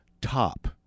top